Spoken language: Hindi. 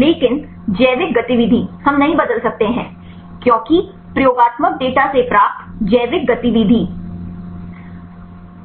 लेकिन जैविक गतिविधि हम नहीं बदल सकते हैं क्योंकि प्रयोगात्मक डेटा से प्राप्त जैविक गतिविधि